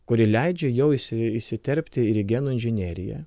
kuri leidžia jau įsi įsiterpti ir į genų inžineriją